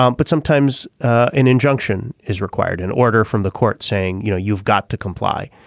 um but sometimes an injunction is required in order from the court saying you know you've got to comply.